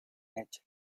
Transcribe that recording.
leche